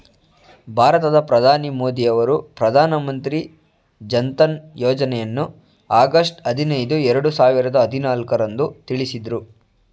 ಭಾರತದ ಪ್ರಧಾನಿ ಮೋದಿ ಅವರು ಪ್ರಧಾನ ಮಂತ್ರಿ ಜನ್ಧನ್ ಯೋಜ್ನಯನ್ನು ಆಗಸ್ಟ್ ಐದಿನೈದು ಎರಡು ಸಾವಿರದ ಹದಿನಾಲ್ಕು ರಂದು ತಿಳಿಸಿದ್ರು